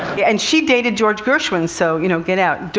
and she dated george gershwin, so, you know, get out.